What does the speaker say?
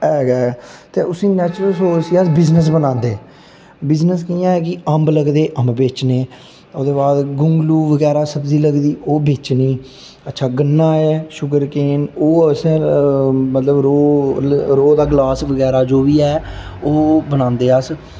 एह् गै ऐ ते उसी नेचुरल रिसोर्स गी अस बिज़नेस बनांदे बिज़नेस कि'यां कि अम्ब लगदे अम्ब बेचने ओह्दे बाद गोंगलू बगैरा दी सब्जी लगदी ओह् बेचनी अच्छा गन्ना शुगरकेन ओह् असें मतलब रो रो दा गलास बगैरा जो बी ऐ ओह् बनांदे अस